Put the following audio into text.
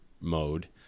mode